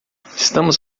estamos